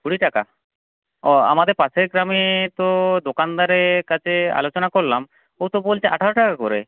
কুড়ি টাকা ও আমাদের পাশের গ্রামে তো দোকানদারের কাছে আলোচনা করলাম ও তো বলছে আঠারো টাকা করে